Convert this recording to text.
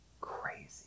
crazy